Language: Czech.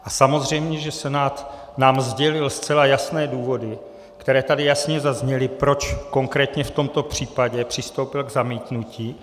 Je samozřejmé, že Senát nám sdělil zcela jasné důvody, které tady jasně zazněly, proč konkrétně v tomto případě přistoupil k zamítnutí.